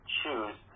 choose